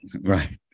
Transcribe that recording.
right